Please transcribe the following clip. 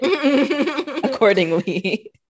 accordingly